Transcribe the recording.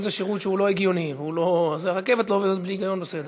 אם זה שירות שהוא לא הגיוני והוא לא הרכבת עובדת בלי היגיון וסדר,